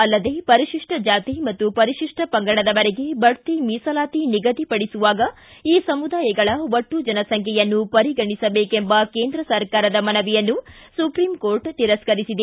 ಅಲ್ಲದೇ ಪರಿಶಿಷ್ಟ ಜಾತಿ ಮತ್ತು ಪರಿಶಿಷ್ಟ ಪಂಗಡದವರಿಗೆ ಬಡ್ತಿ ಮೀಸಲಾತಿ ನಿಗದಿಪಡಿಸುವಾಗ ಈ ಸಮುದಾಯಗಳ ಒಟ್ಟು ಜನಸಂಖ್ಯೆಯನ್ನು ಪರಿಗಣಿಸಬೇಕೆಂಬ ಕೇಂದ್ರ ಸರ್ಕಾರದ ಮನವಿಯನ್ನು ಸುಪ್ರೀಂ ಕೋರ್ಟ್ ತಿರಸ್ಕರಿಸಿದೆ